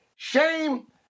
Shame